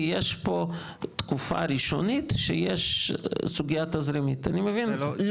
כי יש פה תקופה ראשונית שיש סוגייה תזרימית אני מבין את זה.